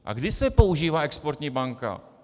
A kdy se používá exportní banka?